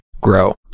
Grow